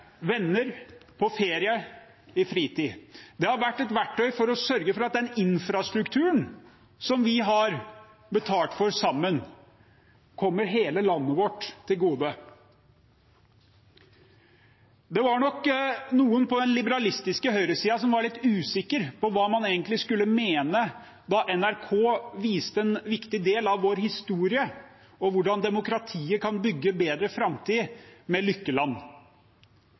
venner, på ferie, i fritid. Det har vært et verktøy for å sørge for at den infrastrukturen som vi har betalt for sammen, kommer hele landet vårt til gode. Det var nok noen på den liberalistiske høyresiden som var litt usikker på hva man egentlig skulle mene da NRK med Lykkeland viste en viktig del av vår historie og hvordan demokratiet kan bygge en bedre framtid.